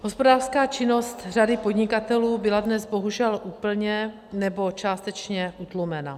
Hospodářská činnost řady podnikatelů byla dnes bohužel úplně nebo částečně utlumena.